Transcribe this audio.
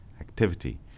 activity